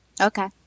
Okay